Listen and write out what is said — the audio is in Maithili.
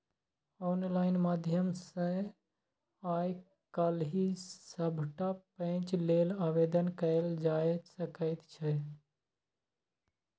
आनलाइन माध्यम सँ आय काल्हि सभटा पैंच लेल आवेदन कएल जाए सकैत छै